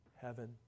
heaven